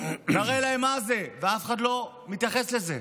תראה להם מה זה, ואף אחד לא מתייחס לזה.